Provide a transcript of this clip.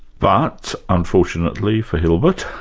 but unfortunately for hilbert,